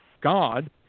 God